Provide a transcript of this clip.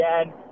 again